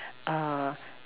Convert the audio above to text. err